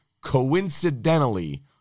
coincidentally